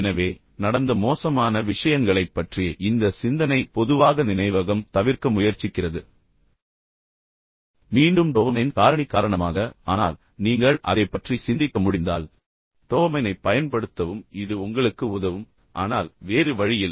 எனவே நடந்த மோசமான விஷயங்களைப் பற்றிய இந்த சிந்தனை பொதுவாக நினைவகம் தவிர்க்க முயற்சிக்கிறது மீண்டும் டோபமைன் காரணி காரணமாக ஆனால் நீங்கள் அதைப் பற்றி சிந்திக்க முடிந்தால் டோபமைனைப் பயன்படுத்தவும் இது உங்களுக்கு உதவும் ஆனால் வேறு வழியில்